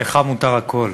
לך מותר הכול.